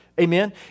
Amen